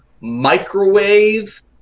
Microwave